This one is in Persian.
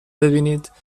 ببینیدهمه